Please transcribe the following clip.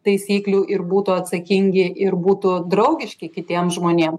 taisyklių ir būtų atsakingi ir būtų draugiški kitiem žmonėm